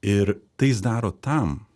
ir tai jis daro tam